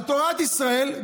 על תורת ישראל,